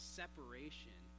separation